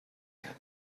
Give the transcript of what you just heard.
yet